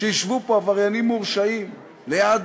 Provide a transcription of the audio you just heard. שישבו פה עבריינים מורשעים, ליד